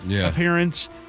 appearance